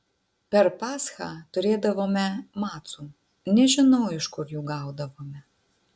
per paschą turėdavome macų nežinau iš kur jų gaudavome